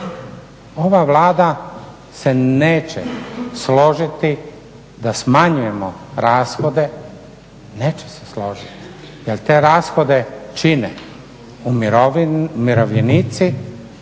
Ova Vlada se neće složiti da smanjujemo rashode, neće se složiti jel te rashode čine umirovljenici,